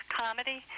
comedy